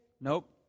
Nope